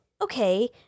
Okay